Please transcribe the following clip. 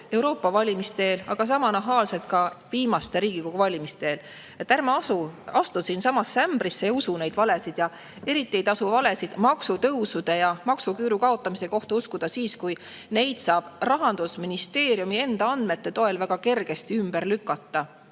valimiste eel ja sama nahaalselt ka viimaste Riigikogu valimiste eel. Ärme astu samasse ämbrisse ega usu neid valesid. Eriti ei tasu valesid maksutõusude ja maksuküüru kaotamise kohta uskuda siis, kui neid saab Rahandusministeeriumi enda andmete toel väga kergesti ümber lükata. Ma